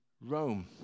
Rome